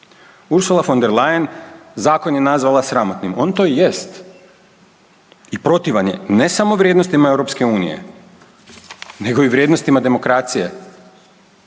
Ursula von der Leyen zakon je nazvala sramotnim. On to i jest i protivan je ne samo vrijednostima Europske unije, nego i vrijednostima demokracije.